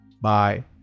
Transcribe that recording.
Bye